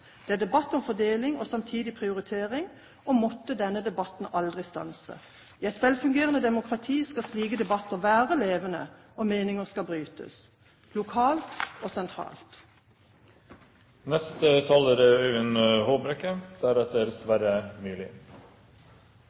Det er debatt om fordeling og samtidig prioritering, og måtte denne debatten aldri stanse! I et velfungerende demokrati skal slike debatter være levende, og meninger skal brytes – lokalt og sentralt. Barnevernet er